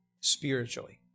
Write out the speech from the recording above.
spiritually